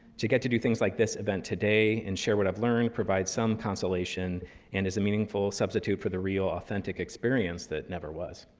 to get to do things like this event today and share what i've learned provides some consolation and is a meaningful substitute for the real, authentic experience that never was.